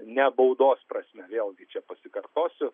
ne baudos prasme vėlgi čia pasikartosiu